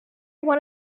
one